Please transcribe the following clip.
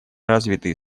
развитые